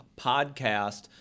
podcast